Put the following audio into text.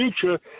future